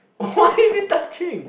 why is it touching